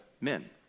men